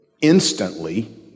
instantly